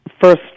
first